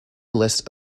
list